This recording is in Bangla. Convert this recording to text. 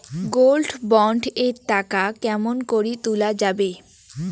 গোল্ড বন্ড এর টাকা কেমন করি তুলা যাবে?